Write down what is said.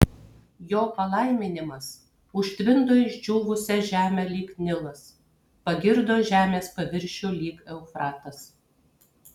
jo palaiminimas užtvindo išdžiūvusią žemę lyg nilas pagirdo žemės paviršių lyg eufratas